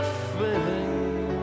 feeling